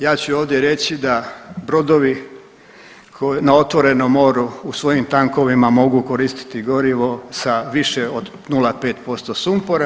Ja ću ovdje reći da brodovi na otvorenom moru u svojim tankovima mogu koristiti gorivo sa više od 0,5% sumpora.